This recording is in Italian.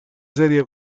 serie